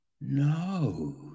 no